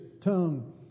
tongue